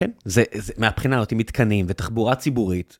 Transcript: זה מהבחינה הזאת מתקנים ותחבורה ציבורית.